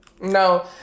no